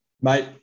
Mate